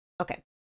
okay